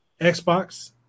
Xbox